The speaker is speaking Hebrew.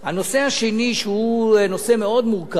הנושא השני, שהוא נושא מאוד מורכב,